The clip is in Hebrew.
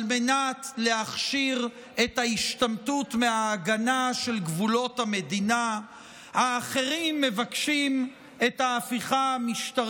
חברי וחברות הכנסת, אדוני שר הביטחון, כל הנחלים